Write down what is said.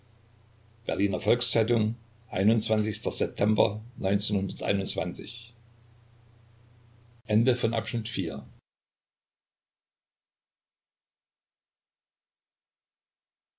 berliner volks-zeitung s september